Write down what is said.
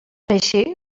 així